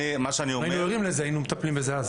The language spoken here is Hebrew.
אם היינו ערים לזה היינו מטפלים בזה אז.